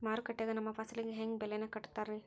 ಮಾರುಕಟ್ಟೆ ಗ ನಮ್ಮ ಫಸಲಿಗೆ ಹೆಂಗ್ ಬೆಲೆ ಕಟ್ಟುತ್ತಾರ ರಿ?